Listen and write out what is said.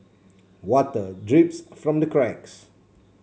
water drips from the cracks